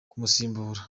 kumusimbura